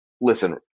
Listen